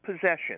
possession